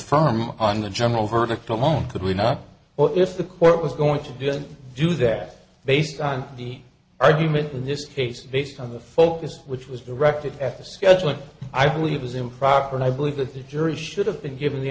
firm on the general verdict on could we not know if the court was going to didn't do that based on the argument in this case based on the focus which was directed at the scheduling i believe was improper and i believe that the jury should have been given the